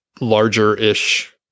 larger-ish